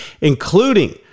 including